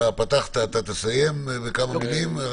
אתה פתחת את הדיון ואתה תסיים בכמה מילים.